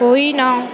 होइन